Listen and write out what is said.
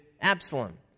Absalom